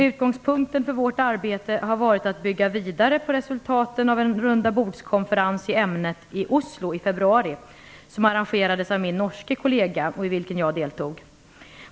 Utgångspunkten för vårt arbete har varit att bygga vidare på resultaten av en rundabordskonferens i ämnet i Oslo i februari, som arrangerades av min norske kollega, och vid vilken jag deltog.